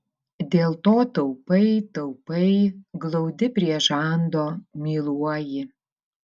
dėl to taupai taupai glaudi prie žando myluoji